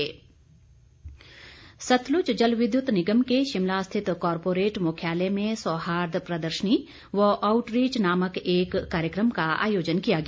SJVN Sutlej जलविद्युत निगम के शिमला स्थित कारपोरेट मुख्यालय में सौहार्द प्रदर्शनी व आउटरीच नामक एक कार्यक्रम का आयोजन किया गया